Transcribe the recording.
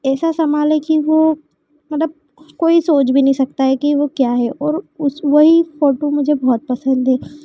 ऐसा संभाले कि वो मतलब कोई सोच भी नहीं सकता है कि वो क्या है और उसे वही फोटो मुझे बहुत पसंद है